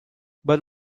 but